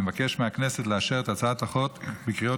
אני מבקש מהכנסת לאשר את הצעת החוק בקריאה